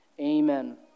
Amen